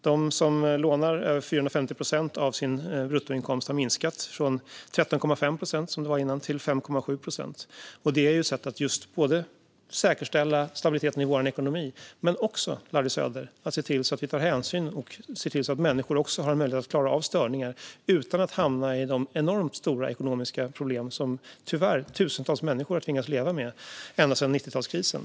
De som lånar över 450 procent av sin bruttoinkomst har minskat från tidigare 13,5 procent till 5,7 procent. Detta är ett sätt att just säkerställa stabiliteten i vår ekonomi och också, Larry Söder, tar hänsyn och ser till att människor också har möjlighet att klara av störningar utan att hamna i de enormt stora ekonomiska problem som tyvärr tusentals människor har tvingats leva med ända sedan 90-talskrisen.